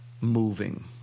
moving